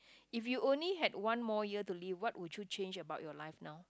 if you only had one more year to live what would you change about your life now